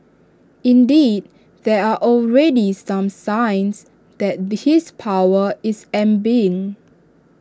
indeed there are already some signs that his power is ebbing